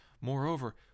Moreover